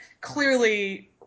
clearly